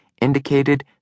indicated